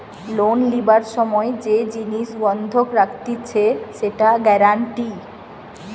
loan লিবার সময় যে জিনিস বন্ধক রাখতিছে সেটা গ্যারান্টি